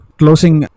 closing